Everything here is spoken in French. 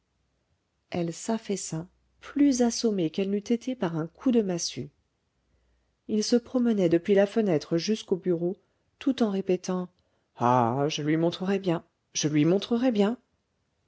elle s'affaissa plus assommée qu'elle n'eût été par un coup de massue il se promenait depuis la fenêtre jusqu'au bureau tout en répétant ah je lui montrerai bien je lui montrerai bien